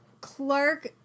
Clark